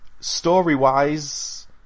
story-wise